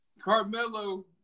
Carmelo